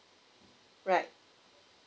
right